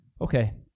Okay